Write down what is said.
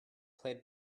played